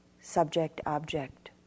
subject-object